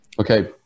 Okay